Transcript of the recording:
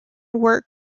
work